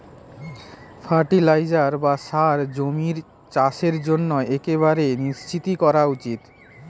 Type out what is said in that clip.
fertiliser বা সার জমির চাষের জন্য একেবারে নিশ্চই করা উচিত